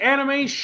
Anime